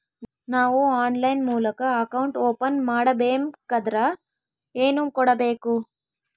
ನಾವು ಆನ್ಲೈನ್ ಮೂಲಕ account open ಮಾಡಬೇಂಕದ್ರ ಏನು ಕೊಡಬೇಕು?